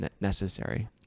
necessary